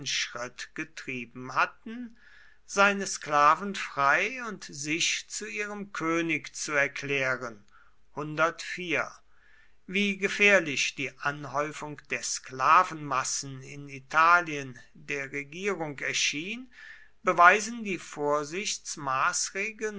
schritt getrieben hatten seine sklaven frei und sich zu ihrem könig zu erklären wie gefährlich die anhäufung der sklavenmassen in italien der regierung erschien beweisen die vorsichtsmaßregeln